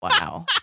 Wow